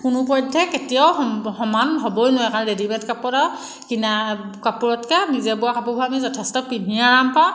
কোনো পধ্যেই কেতিয়াও সমান হ'বই নোৱাৰে কাৰণ ৰেডি মেড কাপোৰত আৰু কিনা কাপোৰতকৈ নিজে বোৱা কাপোৰবোৰ আমি যথেষ্ট পিন্ধি আৰাম পাওঁ